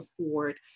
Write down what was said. afford